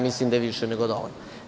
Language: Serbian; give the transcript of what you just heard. Mislim da je više nego dovoljno.